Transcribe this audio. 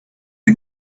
the